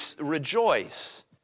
rejoice